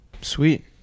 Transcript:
sweet